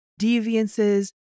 deviances